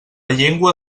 llengua